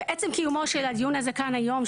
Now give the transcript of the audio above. ועצם קיומו של הדיון הזה כאן היום,